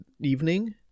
evening